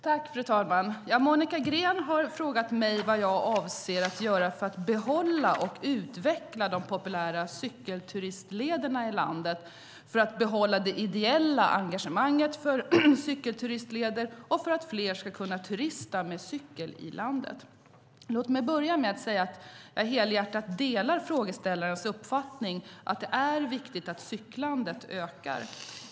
Fru talman! Monica Green har frågat mig vad jag avser att göra för att behålla och utveckla de populära cykelturistlederna i landet, för att behålla det ideella engagemanget för cykelturistleder och för att fler ska kunna turista med cykel i landet. Låt mig börja med att säga att jag helhjärtat delar frågeställarens uppfattning att det är viktigt att cyklandet ökar.